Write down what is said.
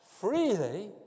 freely